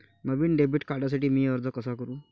नवीन debit कार्डसाठी मी अर्ज कसा करू?